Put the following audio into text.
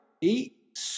Eat